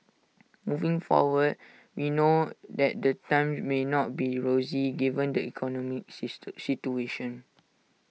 moving forward we know that the times may not be rosy given the economy situation